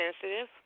sensitive